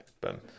boom